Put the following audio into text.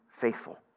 faithful